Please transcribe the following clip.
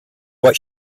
what